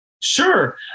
Sure